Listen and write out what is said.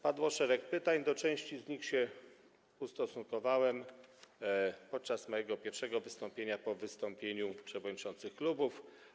Padło szereg pytań, do części z nich ustosunkowałem się podczas mojego pierwszego wystąpienia po wystąpieniu przewodniczących klubów.